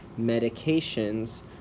medications